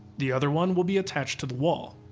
the other one will be attached to the wall.